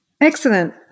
Excellent